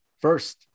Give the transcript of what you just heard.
first